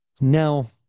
Now